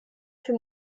für